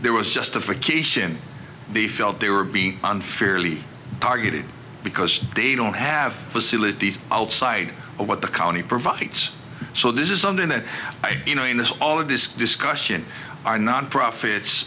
there was justification they felt they were being unfairly targeted because they don't have facilities outside of what the county provides so this is something that i do know in this all of this discussion are nonprofits